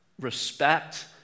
respect